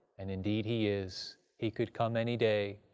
and indeed he is he could come any day.